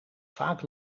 vaak